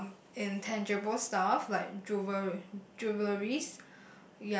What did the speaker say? um intangible stuff like jewel~ jewelleries